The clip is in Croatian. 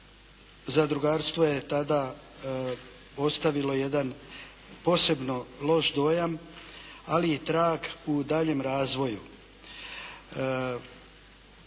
zadrugarstvo je tada ostavilo jedan posebno loš dojam, ali i trag u daljnjem razvoju.